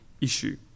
issue